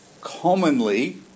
commonly